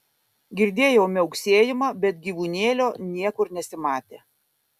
girdėjau miauksėjimą bet gyvūnėlio niekur nesimatė